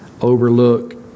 overlook